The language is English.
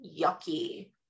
yucky